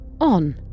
on